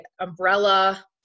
umbrella